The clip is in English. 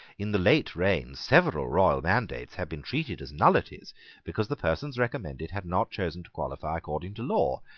in the late reign, several royal mandates had been treated as nullities because the persons recommended had not chosen to qualify according to law,